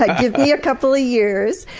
like give me a couple of years!